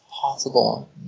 possible